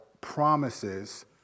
promises